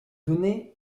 données